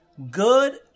Good